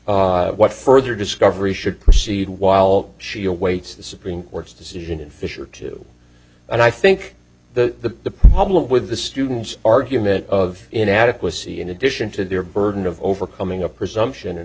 what what further discovery should proceed while she awaits the supreme court's decision in fisher two and i think the problem with the students argument of inadequacy in addition to their burden of overcoming a presumption